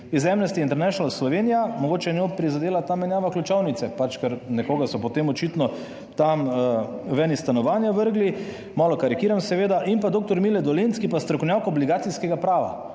iz Amnesty International Slovenija, mogoče je njo prizadela ta menjava ključavnice, ker nekoga so potem očitno tam ven iz stanovanja vrgli, malo karikiram seveda, in pa dr. Mile Dolenc, ki je pa strokovnjak obligacijskega prava.